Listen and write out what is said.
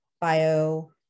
bio